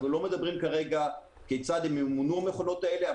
אנחנו לא מדברים כרגע כיצד המכונות האלה ימומנו אבל